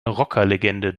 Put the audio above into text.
rockerlegende